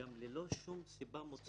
זו זכותה גם ללא שום סיבה מוצדקת.